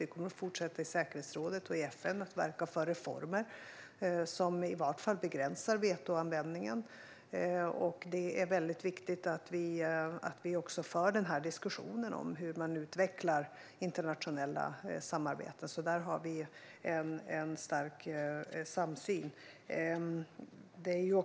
Vi kommer att fortsätta att i säkerhetsrådet och i FN verka för reformer som i varje fall begränsar vetoanvändningen. Det är viktigt att vi för diskussionen om hur man utvecklar internationella samarbeten; där har vi en stark samsyn.